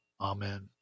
Amen